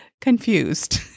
confused